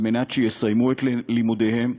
כדי שיסיימו את לימודיהם,